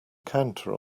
counter